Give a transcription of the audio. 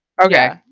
okay